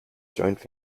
joint